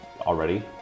already